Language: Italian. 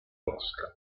costa